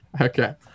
Okay